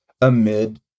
amid